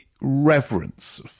reverence